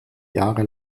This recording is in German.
jahre